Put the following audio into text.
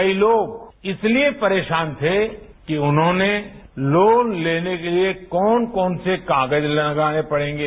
कई लोग इसलिए परेशान थे कि उन्हों ने लोन लेने के लिए कौन कौन से कागज लगाने पड़ेंगे